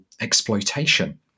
exploitation